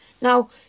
Now